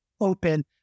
open